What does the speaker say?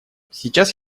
сейчас